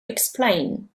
explain